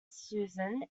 susan